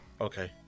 Okay